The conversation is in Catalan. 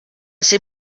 ser